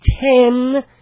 ten